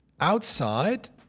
outside